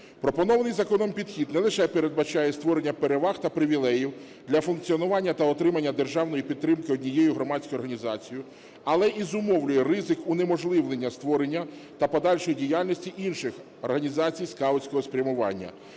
Пропонований законом підхід не лише передбачає створення переваг та привілеїв для функціонування та отримання державної підтримки однією громадською організацією, але і зумовлює ризик унеможливлення створення та подальшої діяльності інших організацій скаутського спрямування.